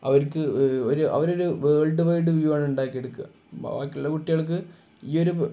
അവർക്ക് ഒരു അവർ ഒരു വേൾഡ് വൈഡ് വ്യൂ ആണ് ഉണ്ടാക്കി എടുക്കുക ബ ബാക്കിയുള്ള കുട്ടികൾക്ക് ഈ ഒരു